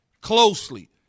closely